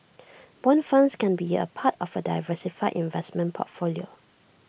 Bond funds can be A part of A diversified investment portfolio